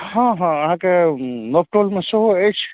हँ हँ अहाँके नवटोलमे सेहो अछि